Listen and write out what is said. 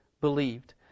believed